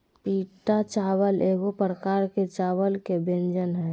पीटा चावल एगो प्रकार के चावल के व्यंजन हइ